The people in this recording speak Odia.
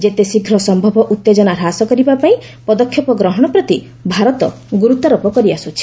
ଯେତେଶୀଘ୍ର ସମ୍ଭବ ଉତ୍ତେଜନା ହାସ କରିବା ପାଇଁ ପଦକ୍ଷେପ ଗ୍ରହଣ ପ୍ରତି ଭାରତ ଗୁର୍ତ୍ୱାରୋପ କରିଆସୁଛି